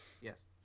Yes